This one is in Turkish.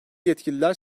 yetkililer